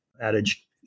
adage